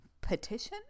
petition